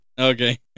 Okay